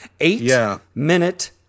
Eight-minute